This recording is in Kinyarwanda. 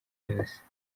yose